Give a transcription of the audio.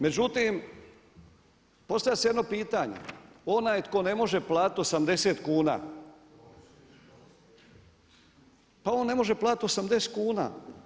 Međutim postavlja se jedno pitanje, onaj tko ne može platiti 80 kuna pa on ne može platiti 80 kuna.